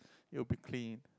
it will be clean